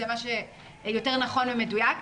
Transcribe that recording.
זה מה שיותר נכון ומדויק.